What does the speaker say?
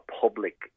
public